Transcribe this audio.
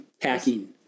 Packing